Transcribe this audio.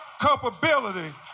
culpability